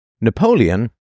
Napoleon